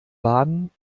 baden